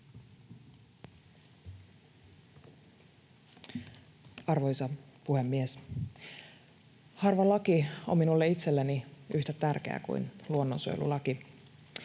Arvoisa puhemies! Harva laki on minulle itselleni yhtä tärkeä kuin luonnonsuojelulaki.